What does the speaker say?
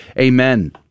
amen